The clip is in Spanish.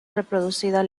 reproducida